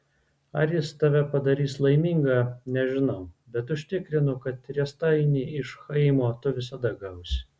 ar jis tave padarys laimingą nežinau bet užtikrinu kad riestainį iš chaimo tu visada gausi